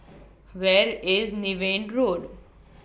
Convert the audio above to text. Where IS Niven Road